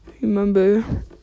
remember